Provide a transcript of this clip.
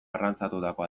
arrantzatutako